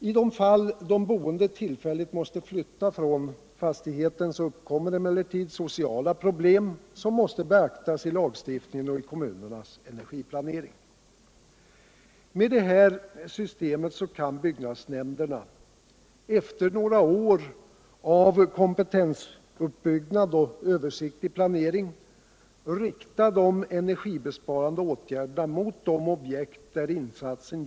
I de fall de boende tillfälligt måste flytta från fastigheten uppkommer emellertid sociala problem, som måste beaktas i lagstiftningen och i kommunernas energiplanering. Med detta system kan byggnadsnämnderna — efter några år av Kompetensuppbyggnad och översiktlig planering — rikta de energibesparande åtgärderna rande åtgärder.